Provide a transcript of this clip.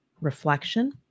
reflection